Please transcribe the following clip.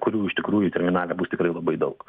kurių iš tikrųjų terminale bus tikrai labai daug